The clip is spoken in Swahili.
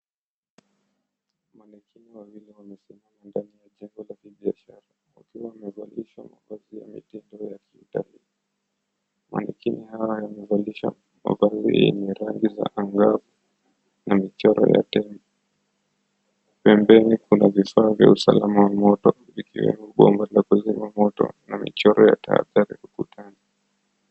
Mannequin wawili wamesimama ndani ya jengo la kibiashara wakiwa wamevalishwa mavazi ya mitindo ya kiutalii. Mannequin hawa wamevalishwa mavazi yenye rangi za angavu na michoro yake. Pembeni kuna vifaa vya usalama wa moto ikiwemo bomba la kuzima moto na michoro ya tahadhari ukutani.